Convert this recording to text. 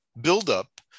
buildup